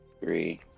three